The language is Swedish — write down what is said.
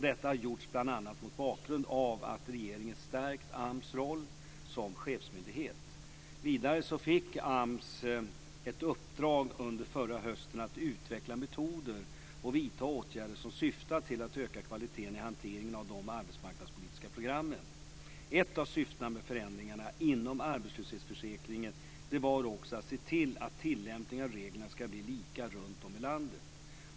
Detta har gjorts bl.a. mot bakgrund av att regeringen har stärkt Vidare fick AMS ett uppdrag under förra hösten att utveckla metoder och vidta åtgärder som syftar till att öka kvaliteten i hanteringen av de arbetsmarknadspolitiska programmen. Ett av syften med förändringarna inom arbetslöshetsförsäkringen var att se till att tillämpningen av reglerna ska bli likadan runtom i landet.